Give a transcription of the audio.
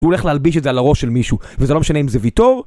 הוא הולך להלביש את זה על הראש של מישהו, וזה לא משנה אם זה ביתו...